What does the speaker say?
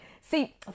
See